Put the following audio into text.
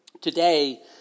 Today